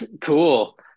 cool